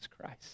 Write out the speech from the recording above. Christ